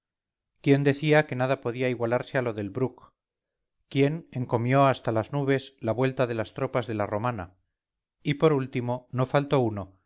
quién decía que nada podía igualarse a lo del bruch quién encomió hasta las nubes la vuelta de las tropas de la romana y por último no faltó uno